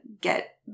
get